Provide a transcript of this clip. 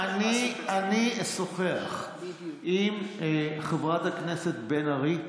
אני אשוחח עם חברת הכנסת בן ארי,